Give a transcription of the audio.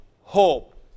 hope